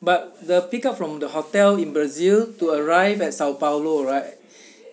but the pick up from the hotel in brazil to arrive at sao paolo right